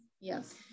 yes